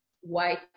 white